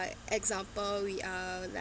example we are like